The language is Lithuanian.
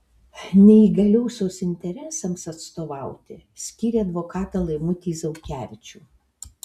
neįgaliosios interesams atstovauti skyrė advokatą laimutį zaukevičių